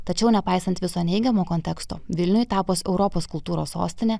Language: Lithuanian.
tačiau nepaisant viso neigiamo konteksto vilniui tapus europos kultūros sostine